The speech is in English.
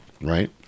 Right